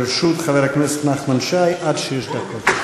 לרשות חבר הכנסת נחמן שי עד שש דקות.